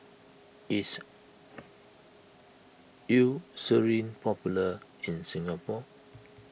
is Eucerin popular in Singapore